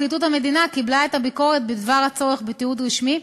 פרקליטות המדינה קיבלה את הביקורת בדבר הצורך בתיעוד רשמי,